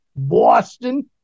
Boston